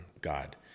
God